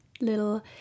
little